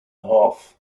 half